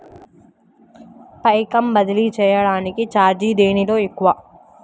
పైకం బదిలీ చెయ్యటానికి చార్జీ దేనిలో తక్కువ?